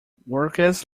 workers